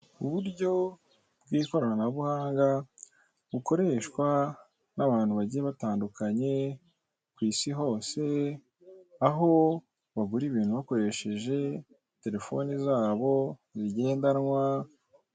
Uburyo bw'ikoranabuhanga, bukoreshwa n'abantu bagiye batandukanye ku isi hose, aho bagura ibintu bakoresheje telefone zabo zigendanwa.